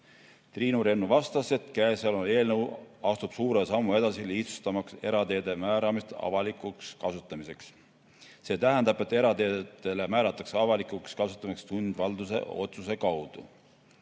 Triinu Rennu vastas, et käesolev eelnõu astub suure sammu edasi, lihtsustamaks erateede määramist avalikuks kasutamiseks. See tähendab, et erateed määratakse avalikuks kasutamiseks sundvalduse otsuse kaudu.